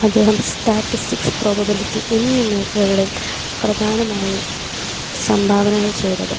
അദ്ദേഹം statistics probability എന്നീ മേഖലകളിൽ പ്രധാനമായും സംഭാവനകൾ ചെയ്തത്